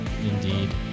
Indeed